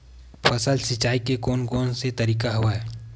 फसल सिंचाई के कोन कोन से तरीका हवय?